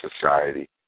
society